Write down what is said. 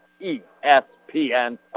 ESPN